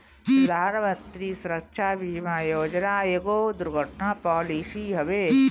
प्रधानमंत्री सुरक्षा बीमा योजना एगो दुर्घटना पॉलिसी हवे